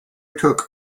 took